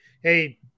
hey